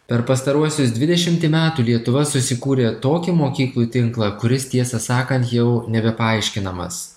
per pastaruosius dvidešimtį metų lietuva susikūrė tokį mokyklų tinklą kuris tiesą sakant jau nebepaaiškinamas